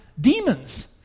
demons